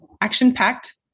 action-packed